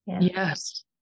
yes